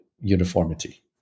uniformity